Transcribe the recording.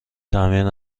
تعمیر